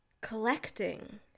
collecting